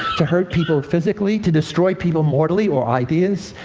to hurt people physically, to destroy people mortally, or ideas,